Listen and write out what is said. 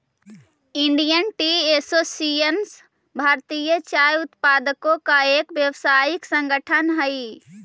Indian tea association भारतीय चाय उत्पादकों का एक व्यावसायिक संगठन हई